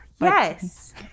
yes